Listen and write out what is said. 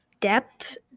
depth